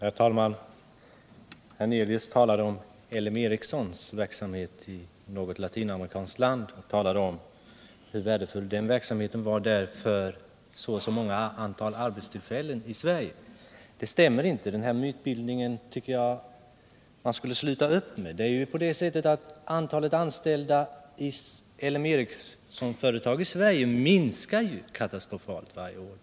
Herr talman! Allan Hernelius talade om L M Ericssons verksamhet i något latinamerikanskt land och menade att den verksamheten är värdefull med tanke på arbetstillfällena här i Sverige. Detta stämmer inte, och jag tycker att man skulle sluta med den här sortens mytbildning. Antalet anställda i L M Ericsson-företag i Sverige minskar ju katastrofalt varje år.